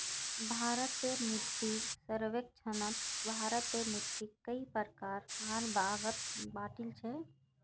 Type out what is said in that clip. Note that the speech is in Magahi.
भारतीय मिट्टीक सर्वेक्षणत भारतेर मिट्टिक कई प्रकार आर भागत बांटील छे